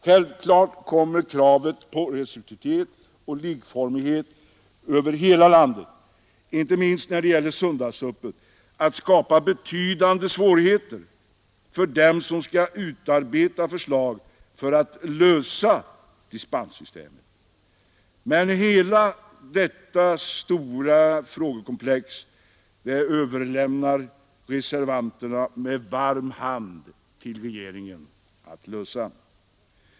Självfallet kommer kravet på restriktivitet och likformighet över hela landet — inte minst när det gäller söndagsöppet — att skapa betydande svårigheter för dem som skall utarbeta förslag för att ordna dispenssystemet. Men hela detta stora frågekomplex överlämnar reservanterna med varm hand till regeringen att lösa.